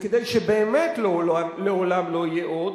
וכדי שבאמת לעולם לא יהיה עוד,